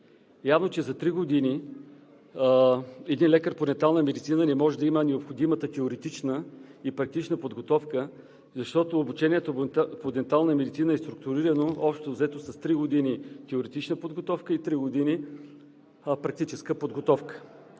Явно, че за три години един лекар по дентална медицина не може да има необходимата теоретична и практическа подготовка, защото обучението по дентална медицина е структурирано общо взето с три години теоретична подготовка и три години практическа подготовка.